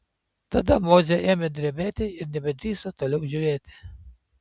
tada mozė ėmė drebėti ir nebedrįso toliau žiūrėti